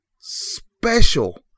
Special